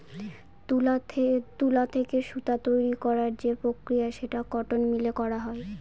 তুলা থেকে সুতা তৈরী করার যে প্রক্রিয়া সেটা কটন মিলে করা হয়